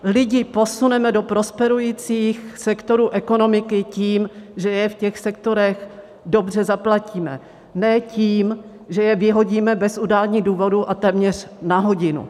Lidi posuneme do prosperujících sektorů ekonomiky tím, že je v těch sektorech dobře zaplatíme, ne tím, že je vyhodíme bez udání důvodu a téměř na hodinu.